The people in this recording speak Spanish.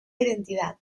identidad